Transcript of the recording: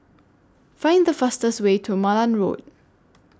Find The fastest Way to Malan Road